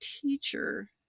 teacher